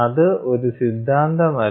അത് ഒരു സിദ്ധാന്തമല്ല